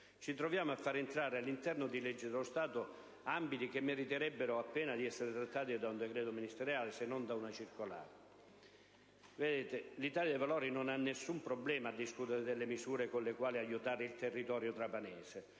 Ci troviamo a far entrare, all'interno di leggi dello Stato ambiti che meriterebbero appena di essere trattati da un decreto ministeriale, se non da una circolare. Onorevoli colleghi, l'Italia dei Valori non ha nessun problema a discutere le misure con cui aiutare il territorio trapanese: